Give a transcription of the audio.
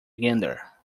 gander